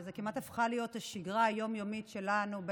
וזו כמעט הפכה להיות השגרה היום-יומית שלנו,